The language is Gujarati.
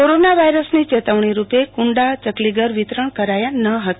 કોરોના વાયરસની ચેતવણી રૂપે ક્રંડા ચકલીઘર વિતરણ કરાયા ન હતા